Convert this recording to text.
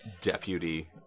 deputy